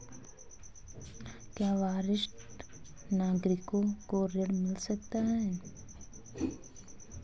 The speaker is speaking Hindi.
क्या वरिष्ठ नागरिकों को ऋण मिल सकता है?